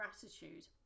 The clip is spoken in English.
gratitude